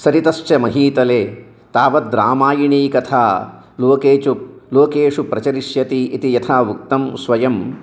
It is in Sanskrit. सरितश्च महीतले तावद्रामायणी कथा लोकेषु लोकेषु प्रचलिष्यति इति यथा उक्तं स्वयं